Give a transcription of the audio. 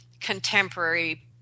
contemporary